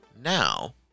Now